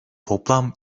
toplam